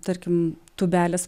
tarkim tūbelės